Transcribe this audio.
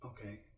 Okay